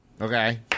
Okay